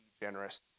generous